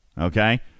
okay